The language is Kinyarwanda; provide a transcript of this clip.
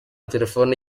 telefone